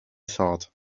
thought